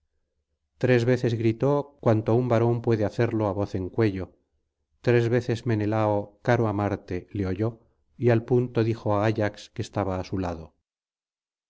tres veces gritó cuanto un varón puede hacerlo á voz en cuello tres veces menelao caro á marte le oyó y al punto dijo á ayax que estaba á su lado